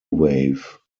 wave